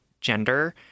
gender